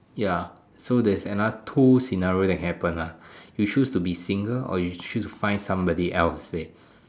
ya so there's another two scenario that can be happen ah you choose to be single or you choose find somebody else to stay